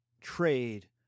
trade